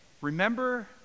remember